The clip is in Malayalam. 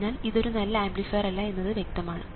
അതിനാൽ ഇതൊരു നല്ല ആംപ്ലിഫയർ അല്ല എന്നത് വ്യക്തമാണ്